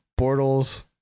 Bortles